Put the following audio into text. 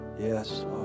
Yes